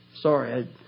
Sorry